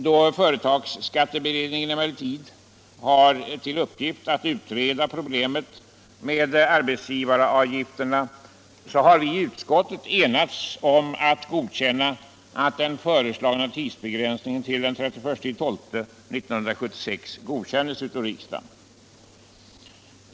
Då företagsskatteberedningen emellertid har till uppgift att utreda problemet med arbetsgivaravgifterna, har vi i utskottet enats om att tillstyrka att den föreslagna tidsbegränsningen till den 31 december 1976 godkänns av riksdagen.